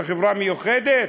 זו חברה מיוחדת?